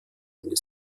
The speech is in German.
eine